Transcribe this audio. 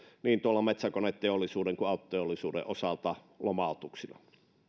niin metsäkoneteollisuuden kuin autoteollisuuden osalta lomautuksina